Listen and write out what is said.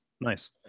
Nice